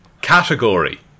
category